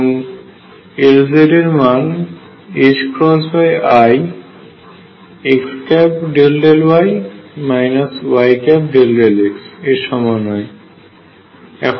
এবং Lz এর মান i x∂y y∂x এর সমান হয়